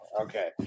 Okay